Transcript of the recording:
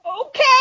okay